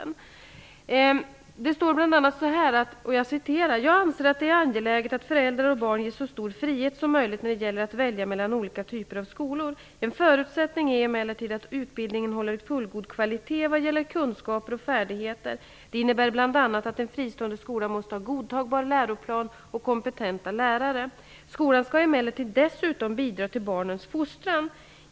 I propositionen står det bl.a.: ''Jag anser att det är angeläget att föräldrar och barn ges så stor frihet som möjligt när det gäller att välja mellan olika typer av skolor. En förutsättning är emellertid att utbildningen håller fullgod kvalitet vad gäller kunskaper och färdigheter. Det innebär bl.a. att en fristående skola måste ha en godtagbar läroplan och kompetenta lärare. Skolan skall emellertid dessutom bidra till barnens sociala fostran.